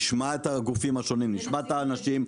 נשמע את הגופים השונים ואת האנשים,